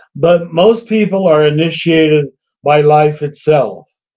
but most people are initiated by life itself.